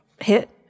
hit